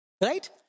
Right